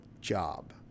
job